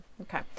Okay